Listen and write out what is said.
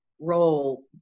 role